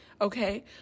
okay